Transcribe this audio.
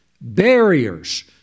barriers